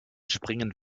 springen